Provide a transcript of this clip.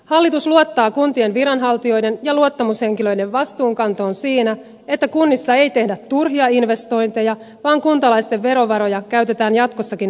hallitus luottaa kuntien viranhaltijoiden ja luottamushenkilöiden vastuunkantoon siinä että kunnissa ei tehdä turhia investointeja vaan kuntalaisten verovaroja käytetään jatkossakin vastuullisesti